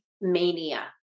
mania